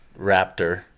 raptor